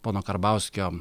pono karbauskio